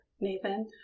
Nathan